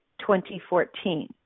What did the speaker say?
2014